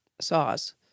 saws